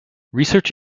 research